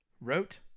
wrote